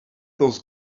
those